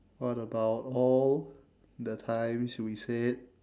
what about all the times we said